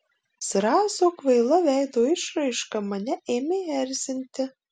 zrazo kvaila veido išraiška mane ėmė erzinti